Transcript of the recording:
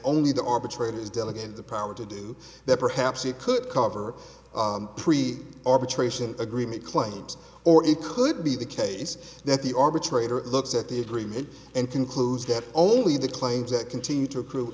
only the arbitrator is delegated the power to do that perhaps it could cover pre arbitration agreement claims or it could be the case that the arbitrator looks at the agreement and concludes that only the claims that continue to accru